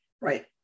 Right